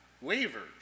wavered